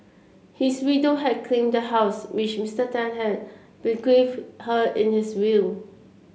his widow had claimed the house which Mister Tan had bequeathed her in his will